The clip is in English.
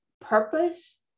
Purpose